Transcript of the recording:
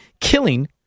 killing